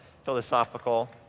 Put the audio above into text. philosophical